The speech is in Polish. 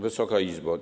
Wysoka Izbo!